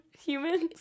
humans